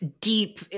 deep